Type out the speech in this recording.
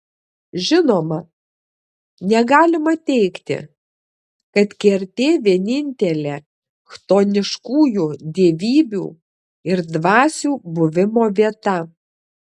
žinoma negalima teigti kad kertė vienintelė chtoniškųjų dievybių ir dvasių buvimo vieta